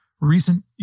recent